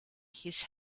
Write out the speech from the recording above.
his